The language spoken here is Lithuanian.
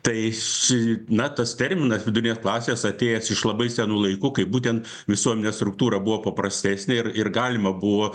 tai si na tas terminas vidurinės klasės atėjęs iš labai senų laikų kai būtent visuomenės struktūra buvo paprastesnė ir ir galima buvo